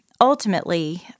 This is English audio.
ultimately –